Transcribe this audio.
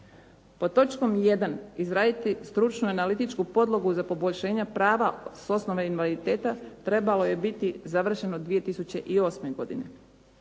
Pod točkom 1. izraditi stručnu analitičku podlogu za poboljšanja prava s osnove invaliditeta trebalo je biti završeno 2008. godine.